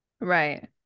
Right